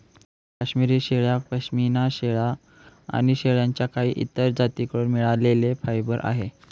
काश्मिरी शेळ्या, पश्मीना शेळ्या आणि शेळ्यांच्या काही इतर जाती कडून मिळालेले फायबर आहे